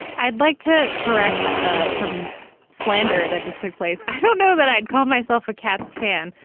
i'd like to correct ah some slander that just took place i don't know that i'd call myself a cats fan.